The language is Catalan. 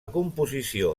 composició